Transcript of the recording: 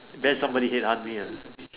bend somebody head ask me ah